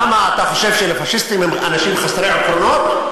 למה, אתה חושב שפאשיסטים הם אנשים חסרי עקרונות?